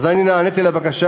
אני נעניתי לבקשה,